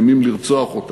מאיימים לרצוח אותם.